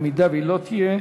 אם היא לא תהיה,